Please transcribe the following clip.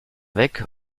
weg